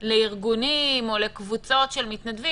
לארגונים או לקבוצות של מתנדבים,